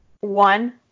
One